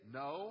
no